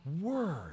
word